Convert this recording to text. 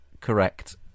correct